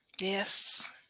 Yes